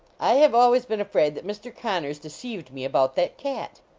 i have always been afraid that mr. connors deceived me about that cat.